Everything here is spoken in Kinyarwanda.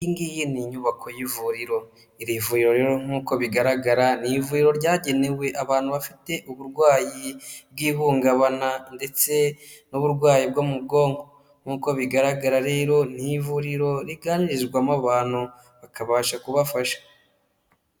Iyi ngiyi ni inyubako y'ivuriro, iri vuriro rero nk'uko bigaragara ni ivuriro ryagenewe abantu bafite uburwayi bw'ihungabana ndetse n'uburwayi bwo mu bwonko. Nk'uko bigaragara rero ni ivuriro riganiririzwamo abantu bakabasha kubafasha.